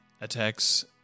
Attacks